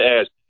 ask